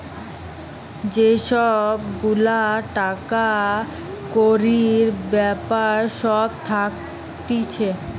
যে সব গুলা টাকা কড়ির বেপার সব থাকতিছে